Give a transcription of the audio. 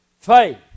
Faith